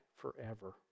forever